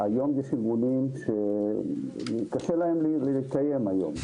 והיום יש ארגונים שקשה להם להתקיים היום.